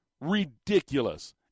ridiculous